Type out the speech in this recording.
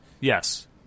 yes